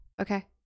Okay